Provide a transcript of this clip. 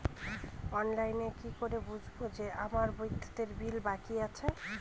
অনলাইনে কি করে বুঝবো যে আমার বিদ্যুতের বিল বাকি আছে?